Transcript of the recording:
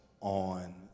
on